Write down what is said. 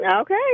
Okay